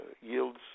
yields